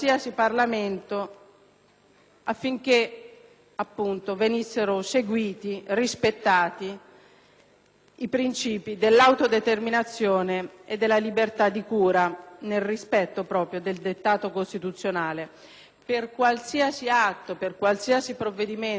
affinché appunto venissero seguiti e rispettati i princìpi dell'autodeterminazione e della libertà di cura, nel rispetto proprio del dettato costituzionale, per qualsiasi atto, per qualsiasi provvedimento e per qualsiasi legge